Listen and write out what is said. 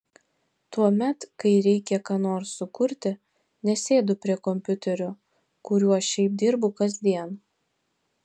tuomet kai reikia ką nors sukurti nesėdu prie kompiuterio kuriuo šiaip dirbu kasdien